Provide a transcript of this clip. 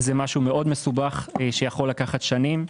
זה משהו מאוד מסובך שיכול לקחת שנים,